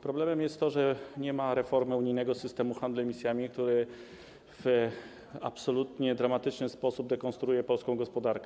Problemem jest to, że nie ma reformy unijnego systemu handlu emisjami, który w absolutnie dramatyczny sposób dekonstruuje polską gospodarkę.